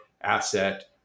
asset